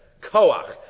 Koach